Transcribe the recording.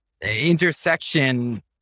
intersection